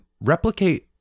replicate